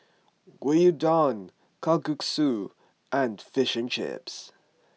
Gyudon Kalguksu and Fish and Chips